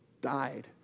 died